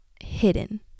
hidden